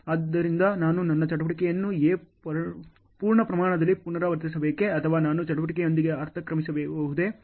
ಆದ್ದರಿಂದ ನಾನು ನನ್ನ ಚಟುವಟಿಕೆಯನ್ನು A ಪೂರ್ಣ ಪ್ರಮಾಣದಲ್ಲಿ ಪುನರಾವರ್ತಿಸಬೇಕೇ ಅಥವಾ ನಾನು ಚಟುವಟಿಕೆಯೊಂದಿಗೆ ಅತಿಕ್ರಮಿಸಬಹುದೇ